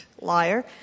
Liar